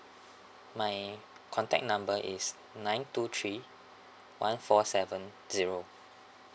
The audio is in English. my contact number is nine two three one four seven zero